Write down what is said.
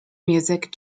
music